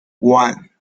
one